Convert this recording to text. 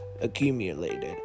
accumulated